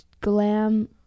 glam